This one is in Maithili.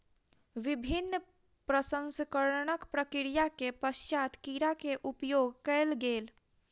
विभिन्न प्रसंस्करणक प्रक्रिया के पश्चात कीड़ा के उपयोग कयल गेल